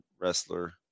wrestler